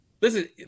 Listen